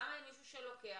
למה אין מישהו ולוקח